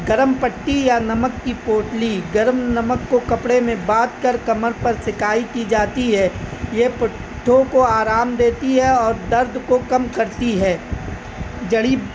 گرم پٹی یا نمک کی پوٹلی گرم نمک کو کپڑے میں باندھ کر کمر پر سینکائی کی جاتی ہے یہ پٹھوں کو آرام دیتی ہے اور درد کو کم کرتی ہے جڑی